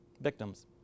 victims